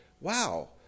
Wow